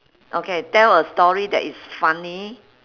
okay tell a story that is funny